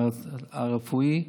בעניין הרפואי,